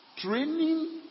Training